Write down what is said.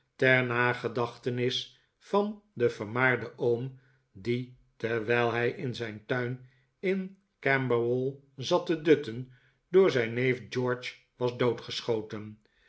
ter nagedachtenis van den vermaarden oom die terwijl hij in zijn tuin in camberwell zat te dutten door zijn neef george was doodgeschoten